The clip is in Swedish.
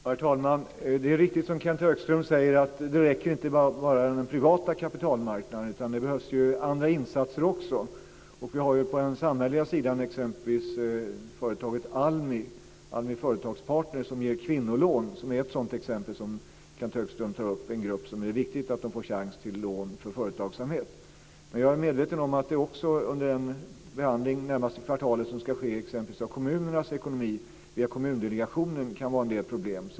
Herr talman! Det är riktigt, som Kenth Högström säger, att det inte räcker med insatser bara på den privata kapitalmarknaden utan att det också behövs andra insatser. På den samhälleliga sidan har vi exempelvis företaget ALMI Företagspartner som ger kvinnolån. Kenth Högström tar ju upp att det är viktigt att kvinnor får chans till lån för företagsamhet. Jag är medveten om att det också under den behandling som ska ske det närmaste kvartalet av exempelvis kommunernas ekonomi via Kommundelegationen kan vara en del problem.